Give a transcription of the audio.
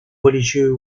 religieux